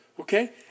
Okay